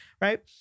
right